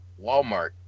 Walmart